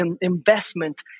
investment